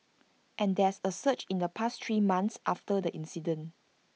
and there's A surge in the past three months after that incident